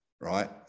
right